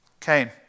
Cain